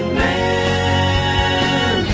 man